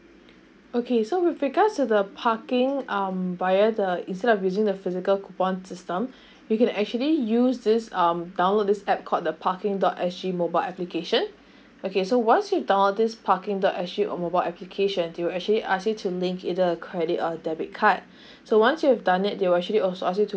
okay so with regards to the parking um via the instead of using the physical coupon system you can actually use this um download this app called the parking dot S G mobile application okay so once you download this parking dot S G mobile application they will actually ask me to link either a credit or debit card so once you have done it they will actually also ask you to